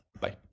bye